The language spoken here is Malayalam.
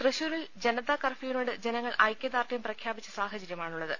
തൃശൂരിൽ ജനതാ കർഫ്യൂവിനോട് ജനങ്ങൾ ഐക്യ ദാർഢ്യം പ്രഖ്യാപിച്ച സാഹചര്യമാണുള്ളത്